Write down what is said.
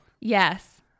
Yes